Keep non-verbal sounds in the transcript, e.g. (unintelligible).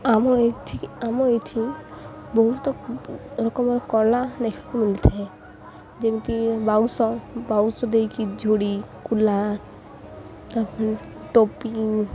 ଆମ ଏଇଠି ଆମ ଏଇଠି ବହୁତ ରକମର କଳା ଦେଖିବାକୁ ମିଳିଥାଏ ଯେମିତି ବାଉଁଶ ବାଉଁଶ ଦେଇକି ଝୁଡ଼ି କୁଲା (unintelligible) ଟୋପି